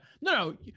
No